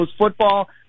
football